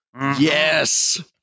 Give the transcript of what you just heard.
Yes